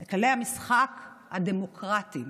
את כללי המשחק הדמוקרטיים.